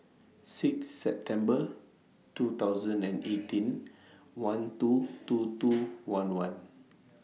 six September two thousand and eighteen one two two two one one